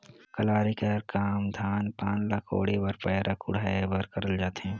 कलारी कर काम धान पान ल कोड़े बर पैरा कुढ़ाए बर करल जाथे